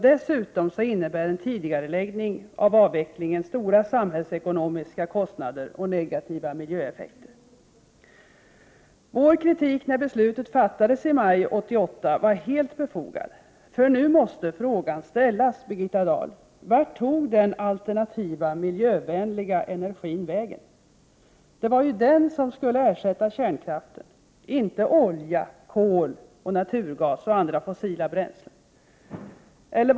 Dessutom innebär en tidigareläggning av avvecklingen stora samhällsekonomiska kostnader och negativa miljöeffekter. Vår kritik av beslutet som fattades i maj 1988 är helt befogad. Nu måste frågan ställas, Birgitta Dahl: Vart tog den alternativa miljövänliga energin vägen? Det var ju den som skulle ersätta kärnkraften — inte olja, kol, naturgas och andra fossila bränslen.